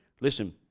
Listen